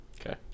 Okay